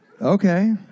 okay